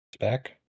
Back